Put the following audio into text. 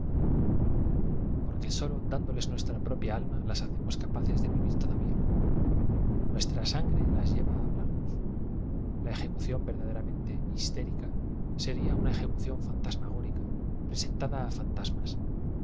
no porque sólo dándo les nuestra propia alma laa hacemos capaces de v iv ir todavía nuestra sangre las lle v a á hablarnos l a eje cución verdaderamente h istérica sería una ejecu ción fantasmagórica presentada á fantasmas